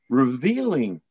revealing